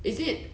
is it